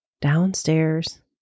downstairs